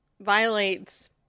violates